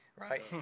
right